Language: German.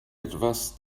etwas